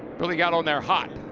really got on their hot.